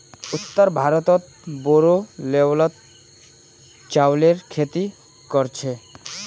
उत्तर भारतत बोरो लेवलत चावलेर खेती कर छेक